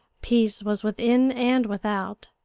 peace was within and without,